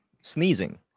sneezing